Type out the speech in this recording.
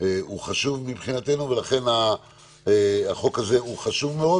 הוא חשוב מבחינתנו ולכן החוק הזה הוא חשוב מאוד